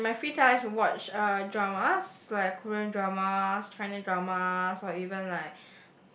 uh my my free time I like to watch uh dramas like Korean dramas China dramas or even like